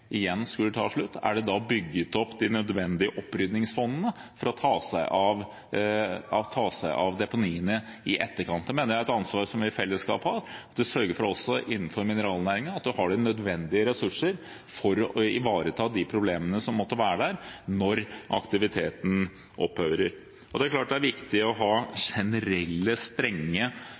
bygget opp nødvendige oppryddingsfond for å ta seg av deponiene i etterkant. Det mener jeg er et ansvar som vi i fellesskap har, å sørge for at vi også innenfor mineralnæringen har de nødvendige ressursene for å ivareta de problemene som måtte være der når aktiviteten opphører. Det er klart det er viktig å ha generelt strenge